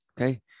okay